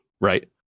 Right